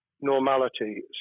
normality